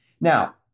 Now